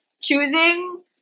choosing